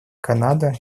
канада